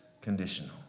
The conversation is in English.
conditional